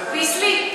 "ביסלי".